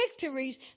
victories